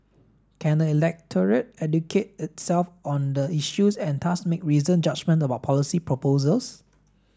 can the electorate educate itself on the issues and thus make reasoned judgements about policy proposals